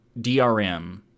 drm